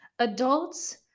adults